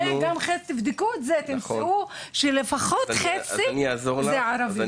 אם תבדקו את זה תראו שלפחות חצי מהם ערבים.